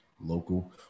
local